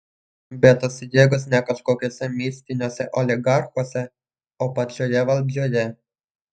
bet tos jėgos ne kažkokiuose mistiniuose oligarchuose o pačioje valdžioje